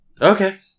Okay